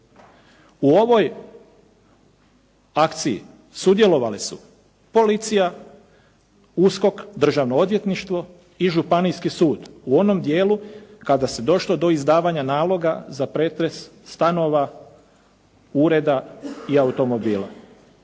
U ovoj akciji sudjelovali su policija, USKOK, Državno odvjetništvo i Županijski sud u onom dijelu kada se došlo do izdavanja naloga za pretres stanova, ureda i automobila.